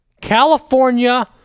California